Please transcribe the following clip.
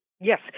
Yes